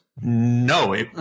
no